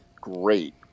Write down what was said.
great